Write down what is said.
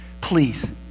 please